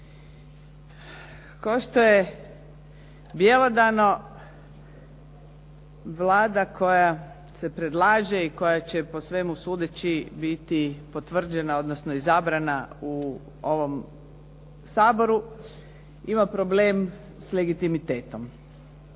Kao što je bjelodano Vlada koja se predlaže i koja će po svemu sudeći biti potvrđena, odnosno izabrana u ovom Saboru ima problem s legitimitetom.